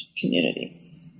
community